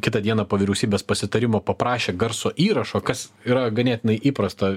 kitą dieną po vyriausybės pasitarimo paprašė garso įrašo kas yra ganėtinai įprasta